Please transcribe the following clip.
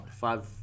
five